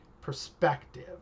perspective